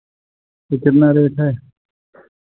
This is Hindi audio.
कितना रेट है